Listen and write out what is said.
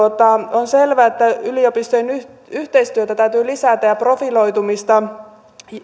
on selvää että yliopistojen yhteistyötä täytyy lisätä ja profiloitumista